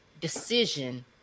decision